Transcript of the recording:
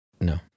No